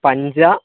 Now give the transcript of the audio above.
पञ्च